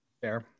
Fair